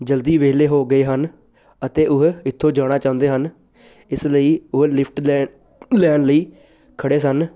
ਜਲਦੀ ਵਿਹਲੇ ਹੋ ਗਏ ਹਨ ਅਤੇ ਉਹ ਇਥੋਂ ਜਾਣਾ ਚਾਹੁੰਦੇ ਹਨ ਇਸ ਲਈ ਉਹ ਲਿਫਟ ਲੈ ਲੈਣ ਲਈ ਖੜੇ ਸਨ